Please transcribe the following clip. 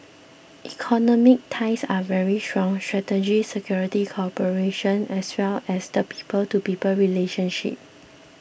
economic ties are very strong strategic security cooperation as well as the people to people relationship